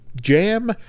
jam